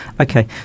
Okay